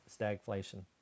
stagflation